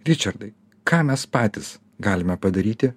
ričardai ką mes patys galime padaryti